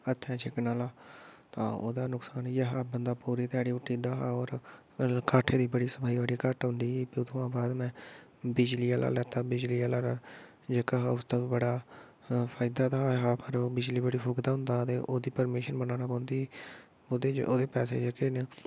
हत्थै च चुक्कने आह्ला तां ओह्दा नकसान इ'यै हा बंदा पूरी ध्याड़ी हुट्टी जंदा हा होर काठी दी बड़ी सफाई बड़ी घट्ट होंदी ही फ्ही अत्थुआं बाद में बिजली आह्ला लैता बिजली आह्ला जेह्का हा उसदा बी बड़ा फायदा तां ऐ हा पर ओह् बिजली बड़ी फूकदा होंदा हा ते ओह्दी प्रमीशन बनानी पौंदी ही ओह्दे ओह्दे पैसे जेह्के न